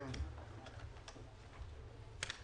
לגבי תקופת